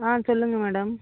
ஆ சொல்லுங்கள் மேடம்